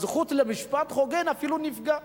הזכות למשפט הוגן, אפילו נפגעת.